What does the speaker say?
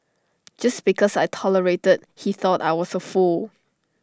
just because I tolerated he thought I was A fool